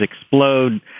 explode